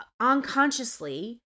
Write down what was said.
unconsciously